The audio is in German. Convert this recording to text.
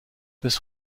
des